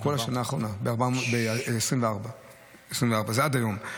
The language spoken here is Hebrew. בכל השנה האחרונה, ב-2024 עד היום.